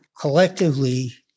Collectively